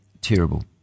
Terrible